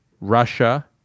Russia